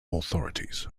authorities